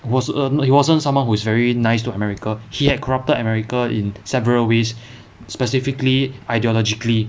was err he wasn't someone who is very nice to america he had corrupted america in several ways specifically ideologically